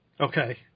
Okay